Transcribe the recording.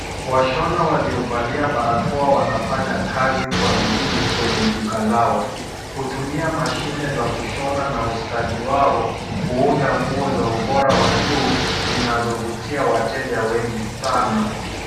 Washona waliovalia barakoa wanafanya kazi kwa bidii kwenye duka lao. Kutumia mashine za kushona na ustadi wao kuunda nguo za ubora wa juu zinazovutia wateja wengi sana.